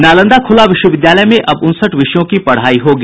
नालंदा खुला विश्वविद्यालय में अब उनसठ विषयों की पढ़ाई होगी